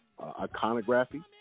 iconography